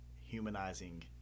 humanizing